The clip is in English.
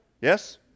Yes